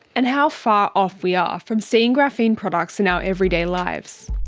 and how far off we are from seeing graphene products in our everyday lives.